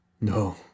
No